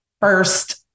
first